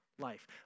life